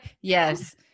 Yes